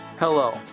Hello